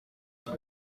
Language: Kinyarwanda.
niba